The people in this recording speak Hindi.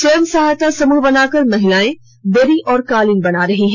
स्वयं सहायता समूह बना कर महिलाएं दरी कालीन बना रही है